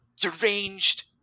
deranged